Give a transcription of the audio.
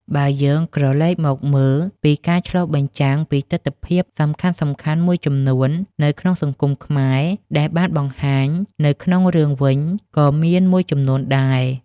បើយើងក្រលែកមកមើលពីការឆ្លុះបញ្ចាំងពីទិដ្ឋភាពសំខាន់ៗមួយចំនួននៅក្នុងសង្គមខ្មែរ ដែលបានបង្ហាញនៅក្នុងរឿងវិញក៏មានមួយចំនួនដែរ។